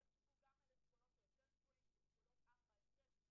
ורצוי מוקדם ככל האפשר.